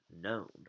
known